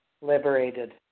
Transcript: liberated